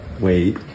wait